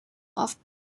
oft